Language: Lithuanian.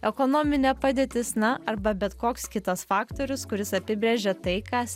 ekonominė padėtis na arba bet koks kitas faktorius kuris apibrėžia tai kas